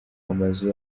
amazu